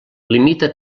limita